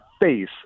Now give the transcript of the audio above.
face